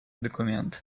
документ